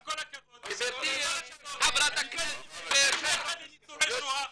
עם כל הכבוד --- חברת הכנסת ------ לניצולי שואה.